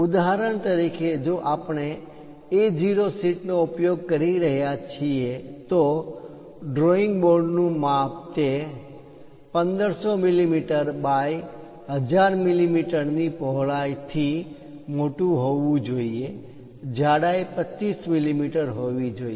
ઉદાહરણ તરીકે જો આપણે A0 શીટ નો ઉપયોગ કરી રહ્યા છીએ તો ડ્રોઇંગ બોર્ડનું માપ તે 1500 મી મી બાય 1000 મી મી ની પહોળાઇ થી મોટું હોવું જોઈએ જાડાઈ 25 મીલી મીટર હોવી જોઈએ